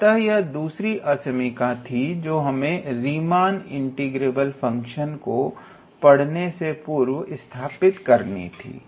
अतः यह दूसरी असमीका थी जो हमें रीमान इंटीग्रेबल फंक्शन को पढ़ने से पूर्व स्थापित करनी थी